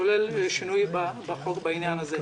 כולל שינויים בחוק בעניין הזה.